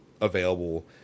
available